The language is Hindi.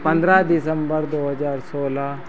पन्द्रह दिसम्बर दो हज़ार सोलह